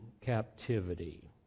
captivity